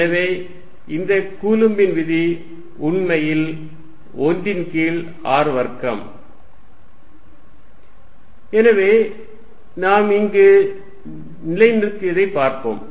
எனவே இந்த கூலம்பின் விதி உண்மையில் 1 ன் கீழ் r வர்க்கம் எனவே நாம் இங்கு நிலைநிறுத்தியதை பார்ப்போம்